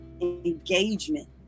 engagement